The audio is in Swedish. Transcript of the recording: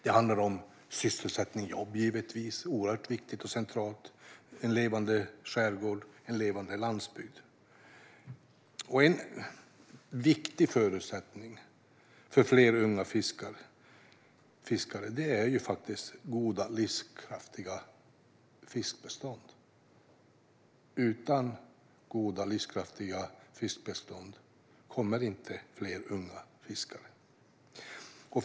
Det handlar om sysselsättning och jobb, givetvis, vilket är oerhört viktigt och centralt för en levande skärgård och en levande landsbygd. En viktig förutsättning för att få fler unga fiskare är goda och livskraftiga fiskbestånd. Utan goda och livskraftiga fiskbestånd blir det inte fler unga fiskare.